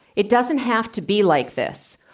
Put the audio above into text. it doesn't have to be like this.